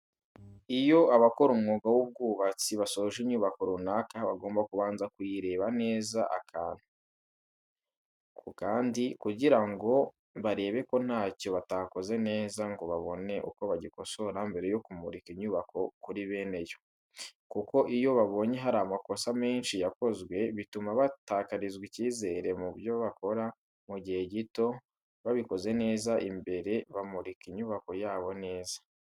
Iyo abakora umwuga w'ubwubatsi basoje inyubako runaka bagomba kubanza kuyireba neza akantu, ku kandi kugira ngo barebe ko ntacyo batakoze neza ngo babone uko bagikosora mbere yo kumurika inyubako kuri bene yo. Kuko iyo babonye hari amakosa menshi yakozwe bituma batakarizwa icyizere mu byo bakora mu gihe gito, babikoze neza mbere bamurika inyubako yabo neza.